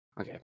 Okay